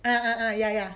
uh uh uh ya ya